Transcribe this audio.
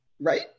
right